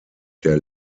der